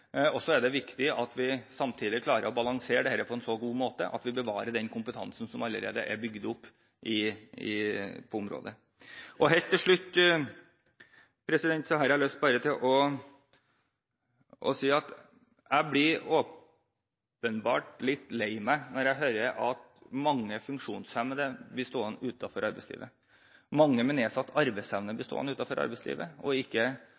Og så er det viktig at vi samtidig klarer å balansere dette på en så god måte at vi bevarer den kompetansen som allerede er bygd opp på området. Helt til slutt har jeg bare lyst til å si at jeg blir litt lei meg når jeg hører at mange funksjonshemmede blir stående utenfor arbeidslivet, at mange med nedsatt arbeidsevne blir stående utenfor arbeidslivet og